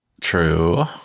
True